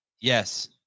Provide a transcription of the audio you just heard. Yes